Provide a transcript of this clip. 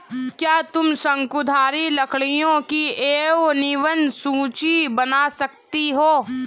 क्या तुम शंकुधारी लकड़ियों की एक नवीन सूची बना सकते हो?